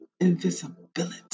Invisibility